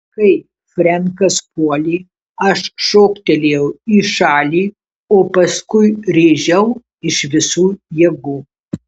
kai frenkas puolė aš šoktelėjau į šalį o paskui rėžiau iš visų jėgų